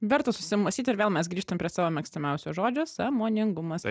verta susimąstyti ir vėl mes grįžtame prie savo mėgstamiausio žodžio sąmoningumas